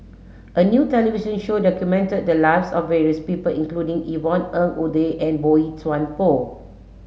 a new television show documented the lives of various people including Yvonne Ng Uhde and Boey Chuan Poh